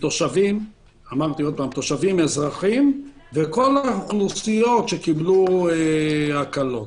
תושבים, אזרחים, וכל האוכלוסיות שקיבלו הקלות.